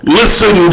listen